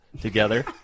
together